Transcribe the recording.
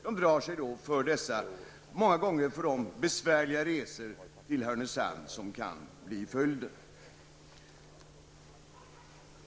De drar sig för dessa för dem många gånger besvärliga resor till Härnösand, vilka kan bli följden.